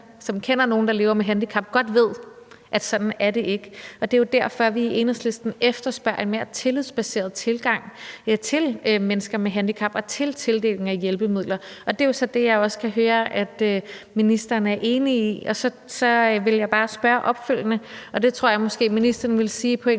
som kender nogen, der lever med handicap, godt ved ikke er sådan. Derfor efterspørger vi i Enhedslisten en mere tillidsbaseret tilgang til mennesker med handicap og til tildeling af hjælpemidler. Det er så det, jeg også kan høre at ministeren er enig i. Så vil jeg bare spørge opfølgende, og det tror jeg måske at ministeren vil sige på en